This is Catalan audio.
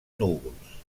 núvols